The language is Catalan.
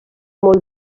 molt